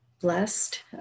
blessed